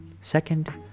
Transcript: Second